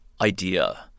idea